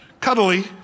cuddly